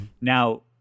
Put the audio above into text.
Now